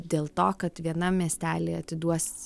dėl to kad vienam miestely atiduos